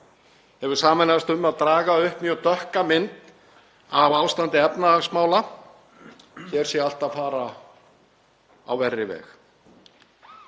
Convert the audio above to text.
hefur sameinast um að draga upp mjög dökka mynd af ástandi efnahagsmála, hér sé allt að fara á verri veg.